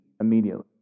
immediately